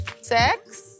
sex